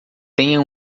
tenha